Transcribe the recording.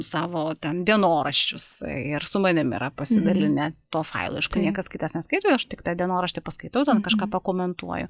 savo ten dienoraščius ir su manim yra pasidalinę to failo aišku niekas kitas neskaito ir aš tik per dienoraštį paskaitau ten kažką pakomentuoju